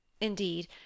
Indeed